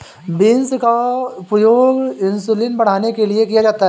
beans का प्रयोग insulin बढ़ाने के लिए किया जाता है